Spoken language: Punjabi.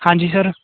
ਹਾਂਜੀ ਸਰ